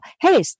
hey